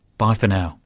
bye for now